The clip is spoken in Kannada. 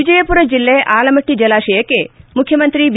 ವಿಜಯಪುರ ಜಿಲ್ಲೆ ಆಲಮಟ್ಟ ಜಲಾಶಯಕ್ಷೆ ಮುಖ್ಯಮಂತ್ರಿ ಬಿ